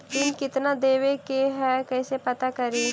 ऋण कितना देवे के है कैसे पता करी?